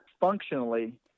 functionally